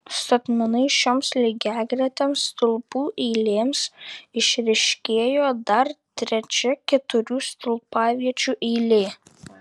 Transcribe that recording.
statmenai šioms lygiagretėms stulpų eilėms išryškėjo dar trečia keturių stulpaviečių eilė